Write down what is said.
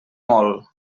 mol